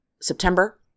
September